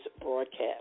broadcast